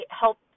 help